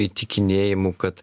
įtikinėjimu kad